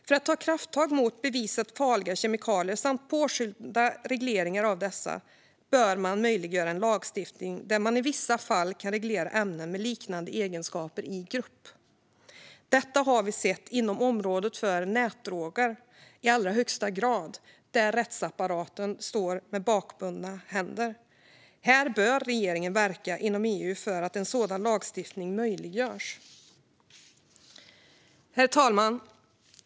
För att ta krafttag mot bevisat farliga kemikalier samt påskynda regleringar av dessa bör man möjliggöra en lagstiftning där man i vissa fall kan reglera ämnen med liknande egenskaper i grupp. Detta har vi i allra högsta grad sett inom området nätdroger, där rättsapparaten står med bakbundna händer. Här bör regeringen verka inom EU för att en sådan lagstiftning möjliggörs. Herr talman!